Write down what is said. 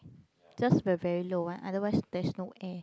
just the very low one otherwise there's no air